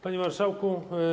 Panie Marszałku!